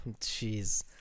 jeez